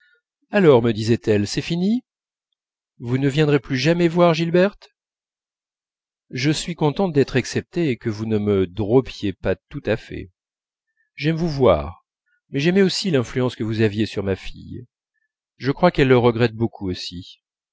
alors me disait-elle c'est fini vous ne viendrez plus jamais voir gilberte je suis contente d'être exceptée et que vous ne me dropiez pas tout à fait j'aime vous voir mais j'aimais aussi l'influence que vous aviez sur ma fille je crois qu'elle le regrette beaucoup aussi